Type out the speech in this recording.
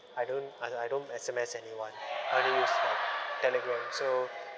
I don't I I don't S_M_S anyone I use like telegram so